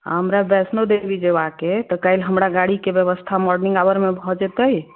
हमरा वैष्णो देवी जेबाक अय तऽ हमरा गाड़ी के व्यवस्था मोर्निंग आवर मे भ जेतै